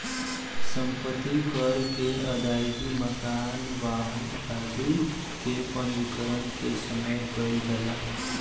सम्पत्ति कर के अदायगी मकान, वाहन आदि के पंजीकरण के समय कईल जाला